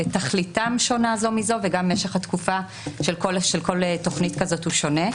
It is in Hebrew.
תכליתם שונה זו מזו וגם משך התקופה של כל תוכנית כזאת הוא שונה.